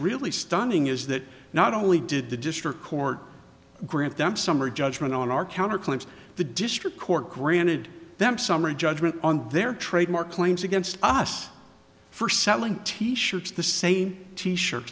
really stunning is that not only did the district court grant them summary judgment on our counter claims the district court granted them summary judgment on their trademark claims against us for selling t shirts the same t shirt